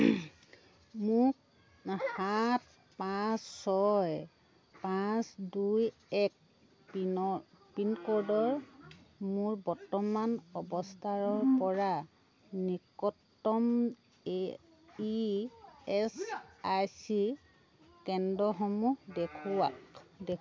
মোক সাত পাঁচ ছয় পাঁচ দুই এক পিনৰ পিনকোডৰ মোৰ বৰ্তমান অৱস্থাৰ পৰা নিকটতম A P S I C কেন্দ্ৰসমূহ দেখুওৱা